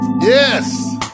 Yes